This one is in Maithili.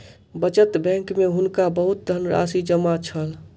बचत बैंक में हुनका बहुत धनराशि जमा छल